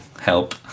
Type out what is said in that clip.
help